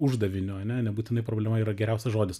uždaviniu ane nebūtinai problema yra geriausias žodis